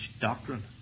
doctrine